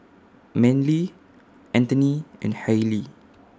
Manly Anthoney and Hailie